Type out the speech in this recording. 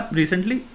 recently